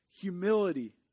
humility